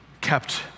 kept